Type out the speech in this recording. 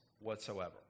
whatsoever